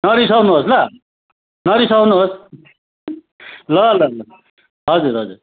नरिसाउनुहोस् ल नरिसाउनुहोस् ल ल ल हजुर हजुर